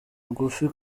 bugufi